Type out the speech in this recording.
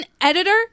editor